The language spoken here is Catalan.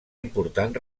important